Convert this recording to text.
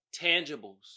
Tangibles